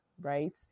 right